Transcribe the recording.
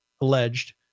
alleged